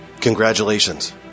Congratulations